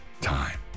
time